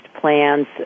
plans